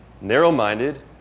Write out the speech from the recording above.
narrow-minded